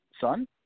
son